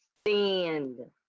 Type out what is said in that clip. stand